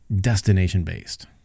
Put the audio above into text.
destination-based